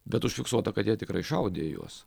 bet užfiksuota kad jie tikrai šaudė į juos